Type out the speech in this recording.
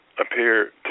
appear